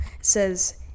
says